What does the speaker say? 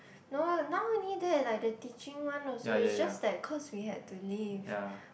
no lah now only that like the teaching one also is just that cause we had to leave